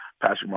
Patrick